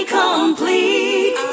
complete